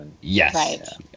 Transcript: Yes